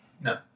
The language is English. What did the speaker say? No